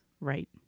Right